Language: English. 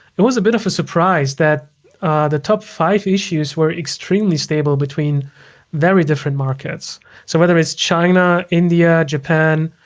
it was a bit of a surprise that the top five issues were extremely stable between very different markets. so whether it's china, india, japan,